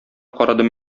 карадым